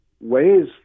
ways